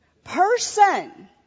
Person